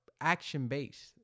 action-based